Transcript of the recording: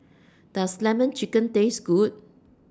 Does Lemon Chicken Taste Good